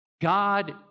God